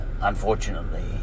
Unfortunately